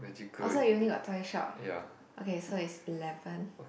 oh so you only got toy shop okay so is eleven